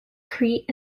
crete